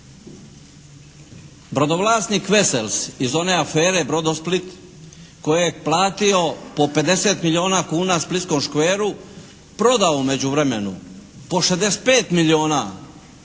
brodovlasnik Wesels iz one afere Brodosplit kojeg je platio po 50 milijuna kuna “splitskom škveru“ prodao u međuvremenu po 65 milijuna